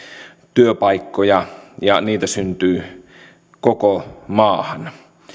työpaikkoja ja niitä syntyy koko maahan